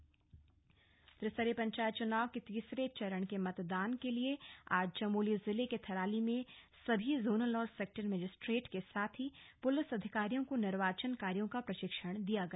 पंचायत चुनाव प्रशिक्षण त्रिस्तरीय पंचायत चुनाव के तीसरे चरण के मतदान के लिए आज चमोली जिले के थराली में सभी जोनल और सेक्टर मजिस्ट्रेट के साथ ही पुलिस अधिकारियों को निर्वाचन कार्यों का प्रशिक्षण दिया गया